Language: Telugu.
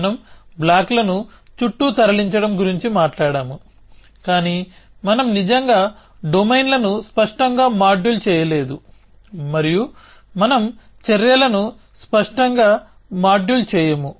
మనం బ్లాక్లను చుట్టూ తరలించడం గురించి మాట్లాడాము కానీ మనం నిజంగా డొమైన్లను స్పష్టంగా మాడ్యూల్ చేయలేదు మరియు మనం చర్యల ను స్పష్టంగా మాడ్యూల్ చేయము